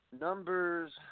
Numbers